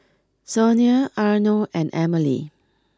Sonia Arno and Emmalee